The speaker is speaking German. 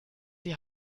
die